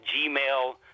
gmail